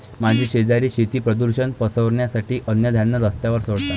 माझे शेजारी शेती प्रदूषण पसरवण्यासाठी अन्नधान्य रस्त्यावर सोडतात